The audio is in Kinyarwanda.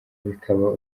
bikaba